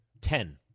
ten